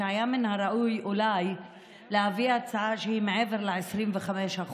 שהיה מן הראוי אולי להביא הצעה שהיא מעבר ל-25%